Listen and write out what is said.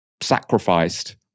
sacrificed